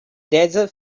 desert